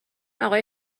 آقای